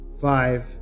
five